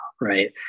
right